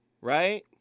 Right